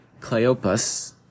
Cleopas